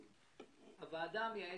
חשוב שלא נישאר תלויים באוויר בלי